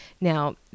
Now